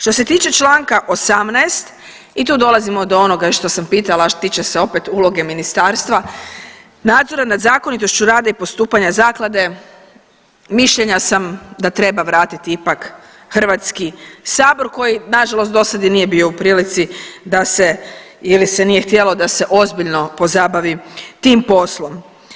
Što se tiče čl. 18 i tu dolazimo do onoga što sam pitala, a time se opet uloge Ministarstva, nadzora nad zakonitošću rada i postupanja Zaklade, mišljenja sam da treba vratiti ipak HS koji nažalost do sad i nije bio u prilici da se, ili se nije htjelo da se ozbiljno pozabavi tim poslom.